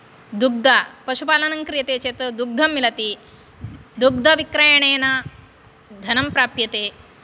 दुग्ध पशुपालनं क्रियते चेत् दुग्धं मिलति दुग्धविक्रयणेन धनं प्राप्यते